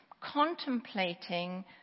contemplating